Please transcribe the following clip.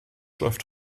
läuft